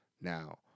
Now